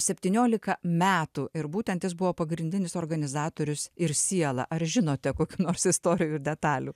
septyniolika metų ir būtent jis buvo pagrindinis organizatorius ir siela ar žinote kokių nors istorijų ir detalių